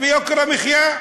ויוקר המחיה,